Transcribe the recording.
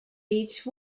each